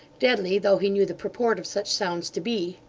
deadly though he knew the purport of such sounds to be.